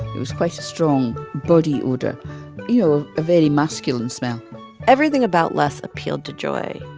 it was quite a strong body odor you know, a very masculine smell everything about les appealed to joy.